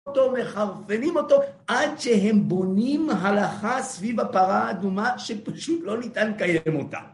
... אותו... מחרפנים אותו עד שהם בונים הלכה סביב הפרה האדומה שפשוט לא ניתן לקיים אותה